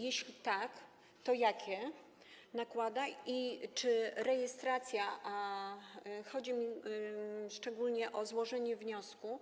Jeśli tak, to jakie koszty nakłada i czy w przypadku rejestracji, a chodzi mi szczególnie o złożenie wniosku,